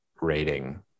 rating